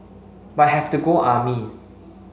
but have to go army